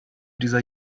dieser